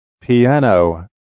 piano